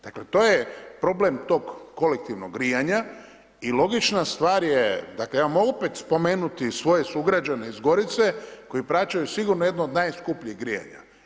Dakle, to je problem tog kolektivnog grijanja i logična stvar je, dakle, ja mogu opet spomenuti svoje sugrađane iz Gorice koji plaćaju sigurno jedno od najskupljih grijanja.